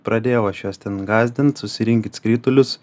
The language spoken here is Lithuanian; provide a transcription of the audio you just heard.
pradėjau aš juos ten gąsdint susirinkit skritulius